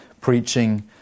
preaching